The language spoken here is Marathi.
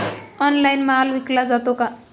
ऑनलाइन माल विकला जातो का?